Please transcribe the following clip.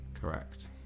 Correct